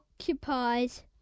occupies